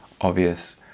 obvious